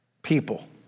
People